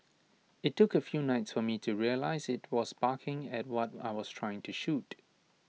IT took A few nights for me to realise IT was barking at what I was trying to shoot